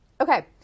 Okay